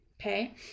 okay